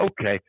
Okay